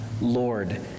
Lord